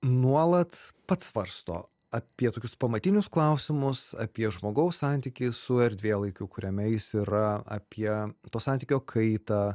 nuolat pats svarsto apie tokius pamatinius klausimus apie žmogaus santykį su erdvėlaikiu kuriame jis yra apie to santykio kaitą